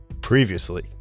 Previously